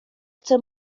chcę